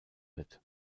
wird